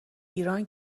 ایران